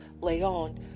Leon